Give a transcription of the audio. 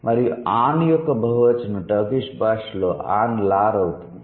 మరియు 'ఆన్' యొక్క బహువచనం టర్కిష్ భాషలో 'ఆన్ లార్' అవుతుంది